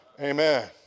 Amen